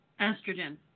estrogen